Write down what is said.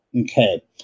Okay